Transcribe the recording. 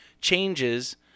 changes